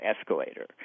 escalator